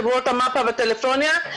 חברות מפ"א והטלפוניה -- יפה,